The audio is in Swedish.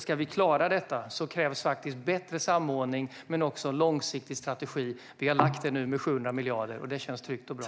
Ska vi klara det krävs det bättre samordning, men också en långsiktig strategi. Vi satsar nu 700 miljarder, och det känns tryggt och bra.